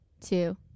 two